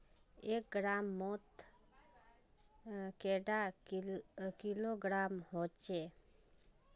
एक ग्राम मौत कैडा किलोग्राम होचे?